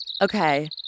Okay